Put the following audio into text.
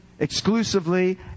exclusively